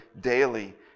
daily